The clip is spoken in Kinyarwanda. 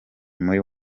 muri